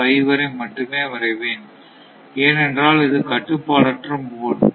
005 வரை மட்டுமே வரைவேன் ஏனென்றால் இது கட்டுப்பாடற்ற மோட்